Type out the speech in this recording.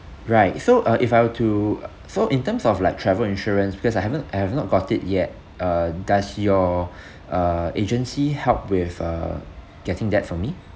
right so uh if I were to so in terms of like travel insurance because I haven't I've not got it yet uh does your uh agency help with uh getting that for me